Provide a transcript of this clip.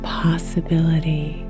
possibility